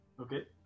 Okay